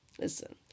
listen